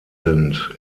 sind